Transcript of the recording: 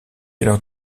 alors